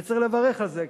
וצריך לברך על זה,